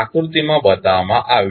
આકૃતિ માં બતાવવામાં આવ્યું છે